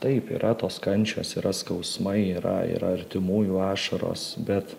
taip yra tos kančios yra skausmai yra yra artimųjų ašaros bet